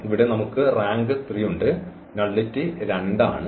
ഇവിടെ നമുക്ക് റാങ്ക് 3 ഉണ്ട് നള്ളിറ്റി 2 ആണ്